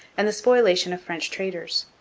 and the spoliation of french traders.